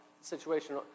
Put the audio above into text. situation